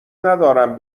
ندارم